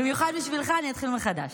במיוחד בשבילך אני אתחיל מחדש.